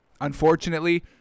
unfortunately